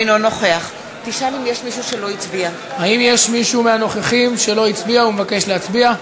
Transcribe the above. אינו נוכח האם יש מישהו מהנוכחים שלא הצביע ומבקש להצביע?